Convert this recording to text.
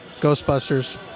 Ghostbusters